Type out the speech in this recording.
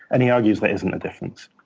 and he argues there isn't a difference.